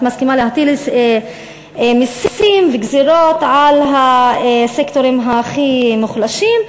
את מסכימה להטיל מסים וגזירות על הסקטורים הכי מוחלשים,